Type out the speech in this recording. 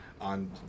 on